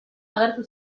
agertu